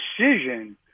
decision